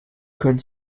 können